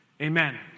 Amen